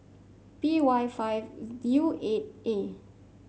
P Y five U eight A